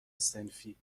صنفی